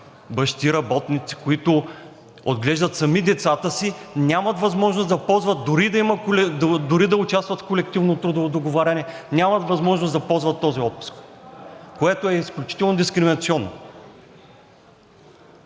бащи, работници, които отглеждат сами децата си, нямат възможност да ползват дори да участват в колективно трудово договаряне, нямат възможност да ползват този отпуск, което е изключително дискриминационно.